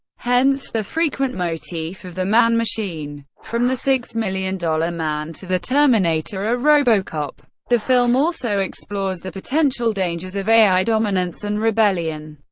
hence the frequent motif of the man machine, from the six million dollar man to the terminator or robocop. the film also explores the potential dangers of ai dominance and rebellion.